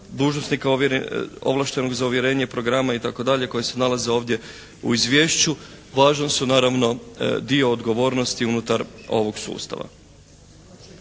dužnosnika ovlaštenog za uvjerenje programa itd. koji se nalaze ovdje u izvješću važan su naravno dio odgovornosti unutar ovog sustava.